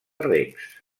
regs